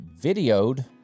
videoed